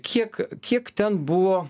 kiek kiek ten buvo